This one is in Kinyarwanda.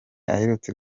aherutse